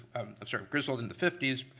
i'm sorry, griswold in the fifty s,